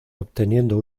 obteniendo